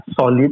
solid